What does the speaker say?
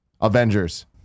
Avengers